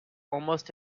almost